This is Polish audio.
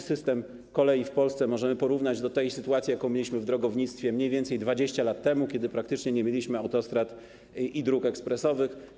System kolei w Polsce możemy porównać do sytuacji, jaką mieliśmy w drogownictwie mniej więcej 20 lat temu, kiedy praktycznie nie mieliśmy autostrad ani dróg ekspresowych.